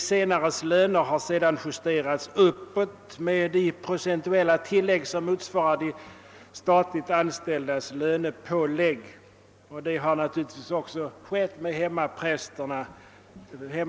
Dessa prästers löner har senare justerats uppåt med de procentuella tillägg som motsvarar de statligt anställdas lönepålägg, vilket naturligtvis också skett med hemmaprästernas löner.